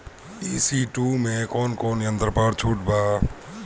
ई.सी टू मै कौने कौने यंत्र पर छुट बा?